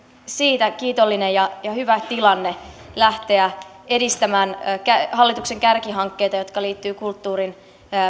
siitä kiitollinen ja hyvä tilanne lähteä edistämään hallituksen kärkihankkeita jotka liittyvät kulttuurin